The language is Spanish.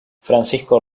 francisco